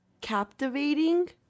captivating